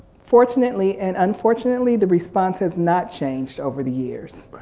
fortunately and unfortunately, the response has not changed over the years.